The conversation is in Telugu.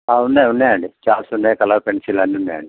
ఉన్నయి ఉన్నాయండి ఛార్ట్స్ ఉన్నాయి కలర్ పెన్సిల్ అన్ని ఉన్నాయండి